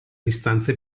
distanza